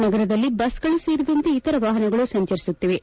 ನಗರದಲ್ಲಿ ಬಸ್ಗಳು ಸೇರಿದಂತೆ ಇತರ ವಾಹನಗಳು ಸಂಚರಿಸುತ್ತಿವೆ